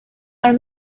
are